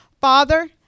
Father